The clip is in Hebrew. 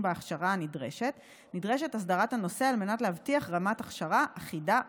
בהכשרה נדרשת הסדרת הנושא כדי להבטיח רמת הכשרה אחידה ומספקת.